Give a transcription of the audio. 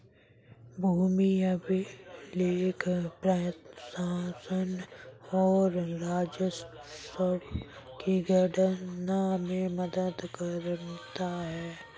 भूमि अभिलेख प्रशासन और राजस्व की गणना में मदद करता है